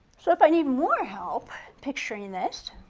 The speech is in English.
so if i need more help picturing this,